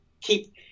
keep